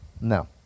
no